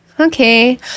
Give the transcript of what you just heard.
Okay